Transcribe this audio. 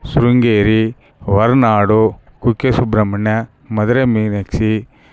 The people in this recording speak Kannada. ಶೃಂಗೇರಿ ಹೊರ್ನಾಡು ಕುಕ್ಕೆ ಸುಬ್ರಹ್ಮಣ್ಯ ಮದುರೈ ಮೀನಾಕ್ಷಿ